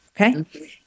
okay